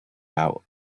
out